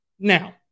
Now